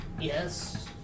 Yes